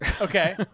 okay